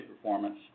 performance